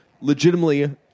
legitimately